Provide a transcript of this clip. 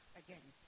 again